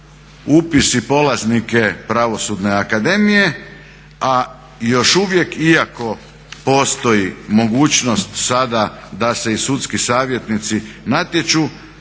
upis i polaznike Pravosudne akademije a još uvijek iako postoji mogućnost sada da se i sudski savjetnici natječu